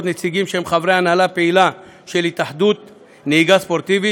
נציגים שם חברי הנהלה פעילה של התאחדות נהיגה ספורטיבית,